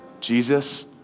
Jesus